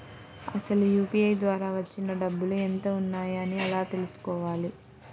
అసలు యూ.పీ.ఐ ద్వార వచ్చిన డబ్బులు ఎంత వున్నాయి అని ఎలా తెలుసుకోవాలి?